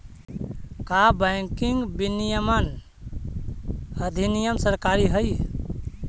का बैंकिंग विनियमन अधिनियम सरकारी हई?